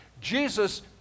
Jesus